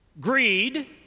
Greed